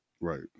Right